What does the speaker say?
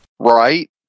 Right